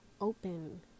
open